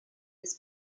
des